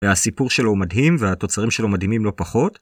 והסיפור שלו מדהים והתוצרים שלו מדהימים לא פחות.